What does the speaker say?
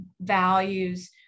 values